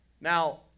Now